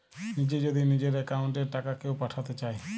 নিজে যদি নিজের একাউন্ট এ টাকা কেও পাঠাতে চায়